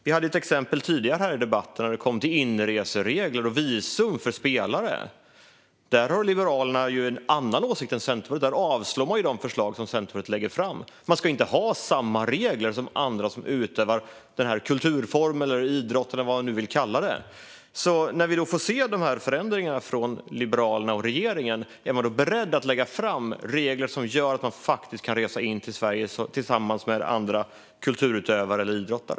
Vi hade ett exempel tidigare i debatten som handlade om inreseregler och visum för spelare. Där har Liberalerna en annan åsikt än Centerpartiet; där avslår ni de förslag som Centerpartiet lägger fram. Man ska alltså inte ha samma regler som andra som utövar denna kulturform, idrott eller vad ni nu vill kalla det. När vi får se de här förändringarna från Liberalerna och regeringen - är ni då beredda att lägga fram regler som gör att man kan resa in till Sverige tillsammans med andra kulturutövare eller idrottare?